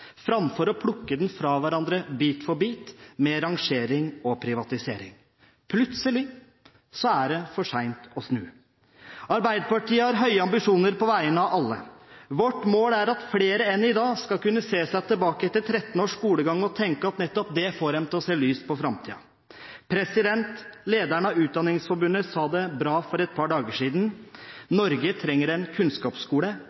framfor å plukke den fra hverandre bit for bit, med rangering og privatisering. Plutselig er det for sent å snu. Arbeiderpartiet har høye ambisjoner på vegne av alle. Vårt mål er at flere enn i dag skal kunne se seg tilbake etter 13 års skolegang og tenke at nettopp det får dem til å se lyst på framtiden. Lederen av Utdanningsforbundet sa det bra for et par dager siden: